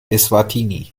eswatini